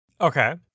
Okay